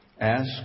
Ask